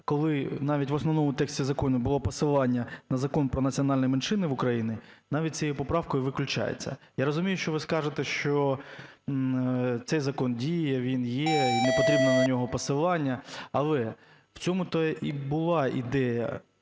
коли навіть в основному тексті закону було посилання на Закон "Про національні меншини в Україні", навіть цією поправкою виключається. Я розумію, що ви скажете, що цей закон діє, він є і непотрібно на нього посилання. Але в цьому-то і була іде